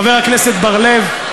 חבר הכנסת בר-לב,